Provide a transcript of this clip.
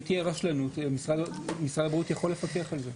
אם תהיה רשלנות משרד הבריאות יכול לפקח על זה.